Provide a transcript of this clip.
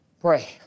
pray